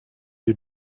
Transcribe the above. you